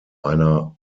einer